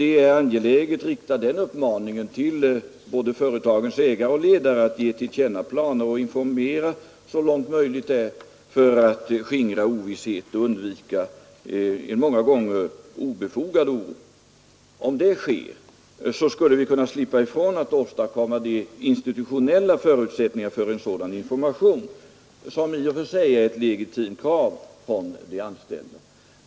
Det är angeläget att rikta den uppmaningen till företagens 30 november 1972 ägare och ledare att ge till känna planer och informera så långt möjligt är för att skingra ovisshet och undvika en många gånger obefogad oro. Om det sker, skulle vi kunna slippa åstadkomma de institutionella förutsättningar för en sådan information som i och för sig är ett legitimt krav från de anställda.